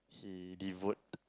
he devote